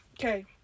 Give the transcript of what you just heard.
Okay